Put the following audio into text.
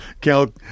Cal